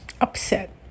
upset